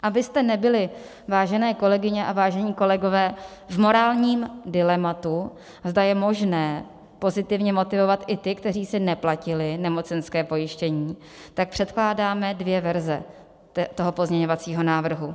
Abyste nebyli, vážené kolegyně a vážení kolegové, v morálním dilematu, zda je možné pozitivně motivovat i ty, kteří si neplatili nemocenské pojištění, tak předkládáme dvě verze toho pozměňovacího návrhu.